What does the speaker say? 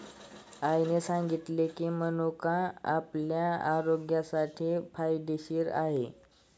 आईने सांगितले की, मनुका आपल्या आरोग्यासाठी फायदेशीर आहे